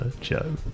Joe